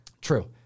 True